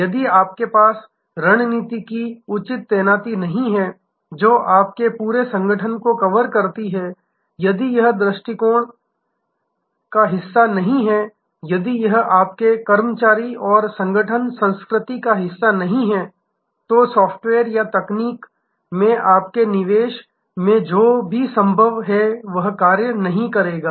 यदि आपके पास रणनीति की उचित तैनाती नहीं है जो आपके पूरे संगठन को कवर करती है यदि यह आपके दृष्टिकोण का हिस्सा नहीं है यदि यह आपके कर्मचारी और संगठन संस्कृति का हिस्सा नहीं है तो सॉफ्टवेयर या तकनीक में आपके निवेश में जो भी संभव है वह काम नहीं करेगा